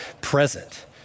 present